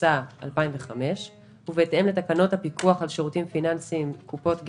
התשס"ה-2005 ובהתאם לתקנות הפיקוח על שירותים פיננסיים (קופות גמל)